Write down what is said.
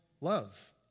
love